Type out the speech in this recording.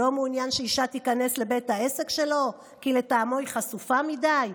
לא מעוניין שאישה תיכנס לבית העסק שלו כי לטעמו היא חשופה מדי?